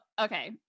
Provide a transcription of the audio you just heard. okay